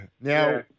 now